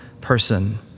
person